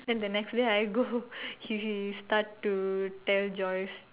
and then the next day I go he he start to tell Joyce